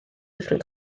dyffryn